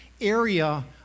area